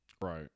Right